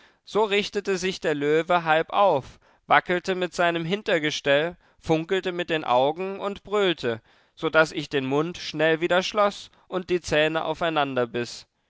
so richtete sich der löwe halb auf wackelte mit seinem hintergestell funkelte mit den augen und brüllte so daß ich den mund schnell wieder schloß und die zähne aufeinander biß